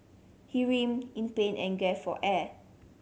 he writhed in pain and gaped for air